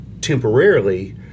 temporarily